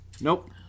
nope